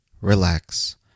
relax